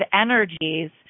energies